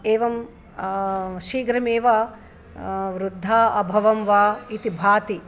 एवं शीघ्रमेव वृद्धा अभवं वा इति भाति